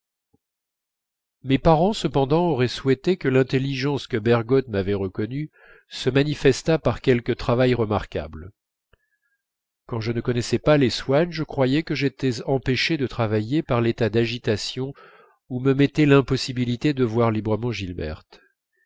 mes parents cependant auraient souhaité que l'intelligence que bergotte m'avait reconnue se manifestât par quelque travail remarquable quand je ne connaissais pas les swann je croyais que j'étais empêché de travailler par l'état d'agitation où me mettait l'impossibilité de voir librement gilberte